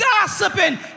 gossiping